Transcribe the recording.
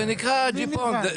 זה נקרא ג'יפון.